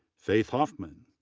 faith hoffman,